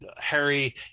Harry